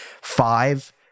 Five